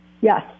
Yes